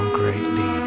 greatly